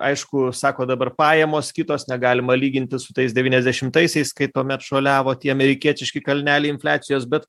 aišku sako dabar pajamos kitos negalima lyginti su tais devyniasdešimtaisiais kai tuomet šuoliavo tie amerikietiški kalneliai infliacijos bet